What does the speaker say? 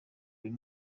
uyu